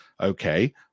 Okay